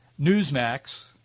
Newsmax